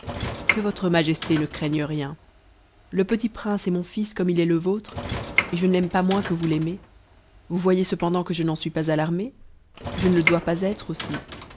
que votre majesté ne craigne rien le petit pn'ice est mon fils comme il est le vôtre et je ne l'aime pas moins que vous a mez vous voyex cependant que je n'en suis pas alarmée je ne e dois pas être aussi